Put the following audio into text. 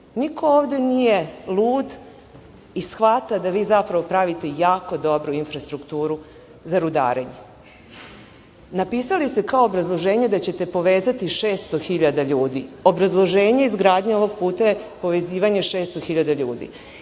Niko ovde nije lud i shvata da vi zapravo pravite jako dobru infrastrukturu za rudarenje. Napisali ste kao obrazloženje da ćete povezati 600.000 ljudi. Obrazloženje izgradnje ovog puta je povezivanje 600.000 ljudi.